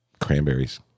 cranberries